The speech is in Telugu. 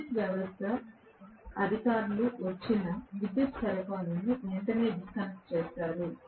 విద్యుత్ వ్యవస్థ అధికారులు వచ్చి నా విద్యుత్ సరఫరాను వెంటనే డిస్కనెక్ట్ చేస్తారు